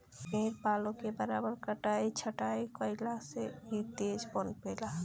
पेड़ पालो के बराबर कटाई छटाई कईला से इ तेज पनपे ला